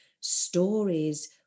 stories